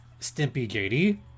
StimpyJD